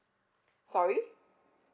sorry